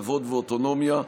כבוד ואוטונומיה.